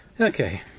Okay